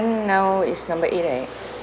right now is number eight right